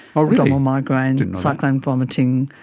ah abdominal migraine, and and cyclic vomiting,